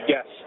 Yes